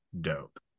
dope